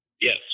Yes